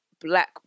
black